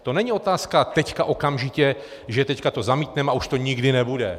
To není otázka teď okamžitě, že teď to zamítneme a už to nikdy nebude.